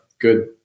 good